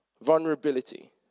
Vulnerability